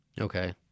Okay